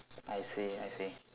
I see I see